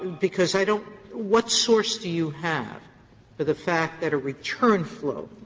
because i don't what source do you have for the fact that a return flow